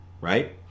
right